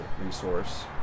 resource